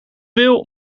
wil